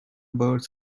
birds